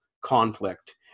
conflict